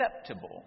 acceptable